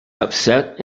upset